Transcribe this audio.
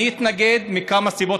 אני אתנגד מכמה סיבות,